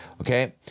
Okay